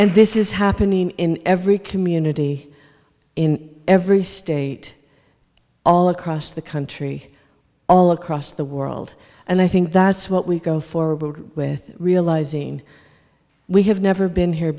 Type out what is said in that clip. and this is happening in every community in every state all across the country all across the world and i think that's what we go forward with realizing we have never been here